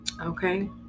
Okay